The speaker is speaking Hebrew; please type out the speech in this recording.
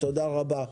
תודה רבה.